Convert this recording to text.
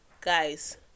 guys